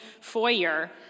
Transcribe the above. foyer